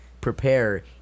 prepare